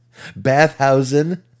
Bathhausen